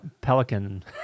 Pelican